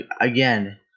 again